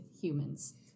humans